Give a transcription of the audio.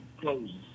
closes